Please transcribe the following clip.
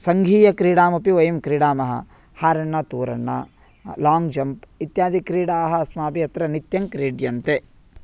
सङ्घीयक्रीडामपि वयं क्रीडामः हारण्ण तूरण्ण लाङ्ग् जम्प् इत्यादि क्रीडाः अस्माभिः नित्यं क्रीड्यन्ते